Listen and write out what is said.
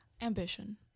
Ambition